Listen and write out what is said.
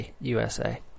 USA